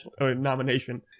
nomination